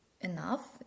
enough